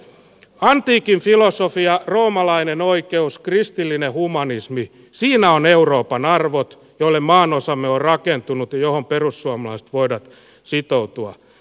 antiikin filosofia roomalainen oikeus kristillinen humanismi siinä ovat euroopan arvot joille maanosamme on rakentunut ja joihin perussuomalaiset voivat sitoutua